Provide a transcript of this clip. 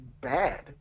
bad